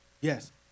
Yes